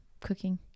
cooking